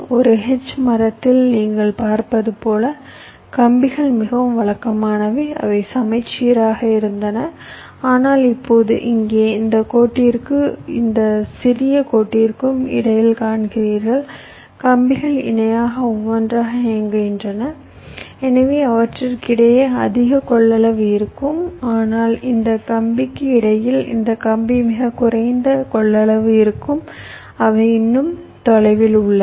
ஒரு H மரத்தில் நீங்கள் பார்ப்பது போல கம்பிகள் மிகவும் வழக்கமானவை அவை சமச்சீராக இருந்தன ஆனால் இப்போது இங்கே இந்த கோட்டிற்கும் இந்த சிறிய கோட்டிற்கும் இடையில் காண்கிறீர்கள் கம்பிகள் இணையாக ஒன்றாக இயங்குகின்றன எனவே அவற்றுக்கிடையே அதிக கொள்ளளவு இருக்கும் ஆனால் இந்த கம்பிக்கு இடையில் இந்த கம்பி மிகக் குறைந்த கொள்ளளவு இருக்கும் அவை இன்னும் தொலைவில் உள்ளன